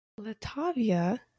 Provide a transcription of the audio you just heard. Latavia